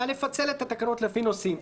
היה לפצל את התקנות לפי נושאים.